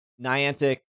Niantic